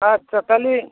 আচ্ছা তাহলে